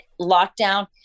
lockdown